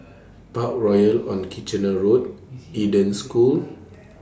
Parkroyal on Kitchener Road Eden School